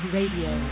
Radio